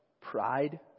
pride